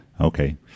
Okay